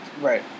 Right